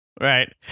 Right